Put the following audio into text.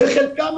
וחלקם,